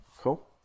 cool